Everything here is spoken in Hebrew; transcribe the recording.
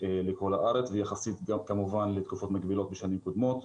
לכל הארץ וכמובן גם יחסית לתקופות מקבילות בשנים קודמות.